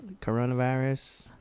coronavirus